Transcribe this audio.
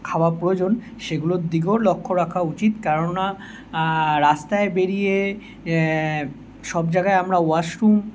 খাওয়া প্রয়োজন সেগুলোর দিকেও লক্ষ্য রাখা উচিত কেননা রাস্তায় বেরিয়ে সব জায়গায় আমরা ওয়াশরুম